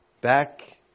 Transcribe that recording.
Back